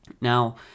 Now